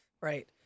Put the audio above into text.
right